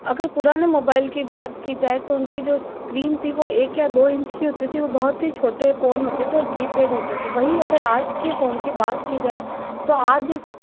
अगर पुराने मोबाइल की बात की जाए तो उनकी जो स्क्रीन थी वह एक या दो इंच की होती थी वह बहुत ही छोटे फ़ोन होते थे और कीपैड होते थे वहीं अगर आज के फ़ोन की बात की जाए तो आज